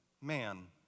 man